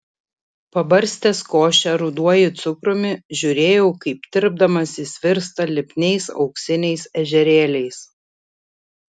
pabarstęs košę ruduoju cukrumi žiūrėjau kaip tirpdamas jis virsta lipniais auksiniais ežerėliais